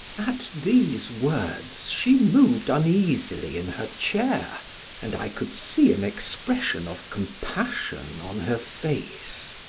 at these words she moved uneasily in her chair and i could see an expression of compassion on her face.